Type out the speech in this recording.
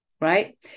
Right